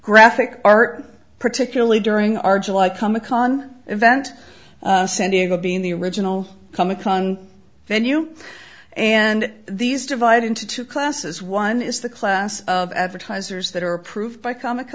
graphic art particularly during our july come ican event being the original comic con venue and these divided into two classes one is the class of advertisers that are approved by comic